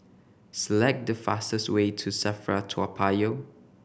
select the fastest way to SAFRA Toa Payoh